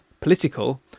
Political